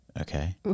okay